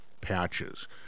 patches